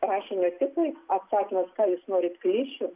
rašinio tipui atsakymas ką jūs norit klišių